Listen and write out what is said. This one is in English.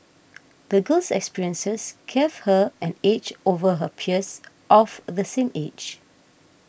the girl's experiences gave her an edge over her peers of the same age